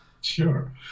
Sure